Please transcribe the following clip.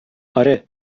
آره